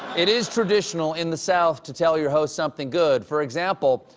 it is traditional in the south to tell your host something good. for example,